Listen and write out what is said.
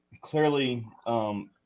clearly –